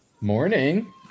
Morning